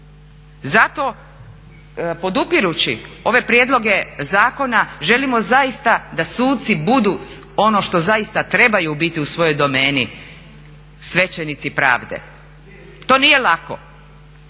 Zato podupirući ove prijedloge zakona želimo zaista da suci budu ono što zaista trebaju biti u svojoj domeni, svećenici pravde. To nije lako,